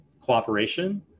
cooperation